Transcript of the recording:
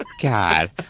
god